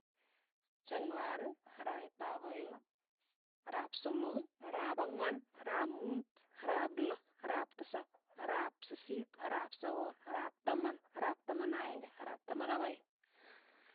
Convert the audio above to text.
Chanuar, arawet ap aeng', ara'ap somok, ara'ap, arap ang'wan, ara'ap muut, ara'ap loo, ara'ap tisap, ara'ap, sisiit, ara'ap sogol, ara'ap taman, ara'ap taman ak aeng'e, ara'ap taman ak aeng'.